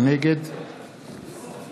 נגד